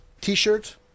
T-shirt